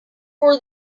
for